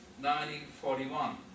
1941